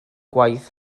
gwaith